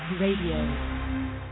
Radio